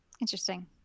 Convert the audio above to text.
Interesting